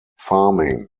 farming